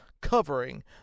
covering